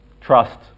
trust